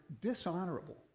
dishonorable